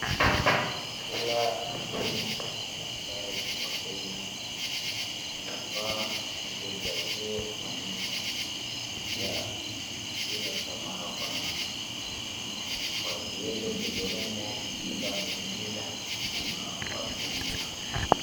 Kila mhudumu ambaye ni wa Kenya, inafaa wazingatie maneno ya hilo chama wako nalo, wasiende kudhulumu chama lingine ama watu wengine.